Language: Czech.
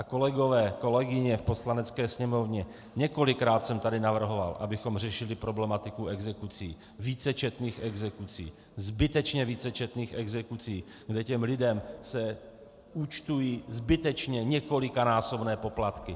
A kolegové, kolegyně v Poslanecké sněmovně, několikrát jsem tady navrhoval, abychom řešili problematiku exekucí, vícečetných exekucí, zbytečně vícečetných exekucí, kdy se těm lidem účtují zbytečně několikanásobné poplatky.